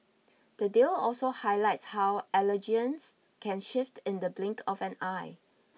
the deal also highlights how allegiances can shift in the blink of an eye